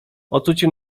ocucił